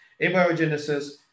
abiogenesis